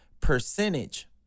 percentage